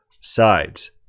sides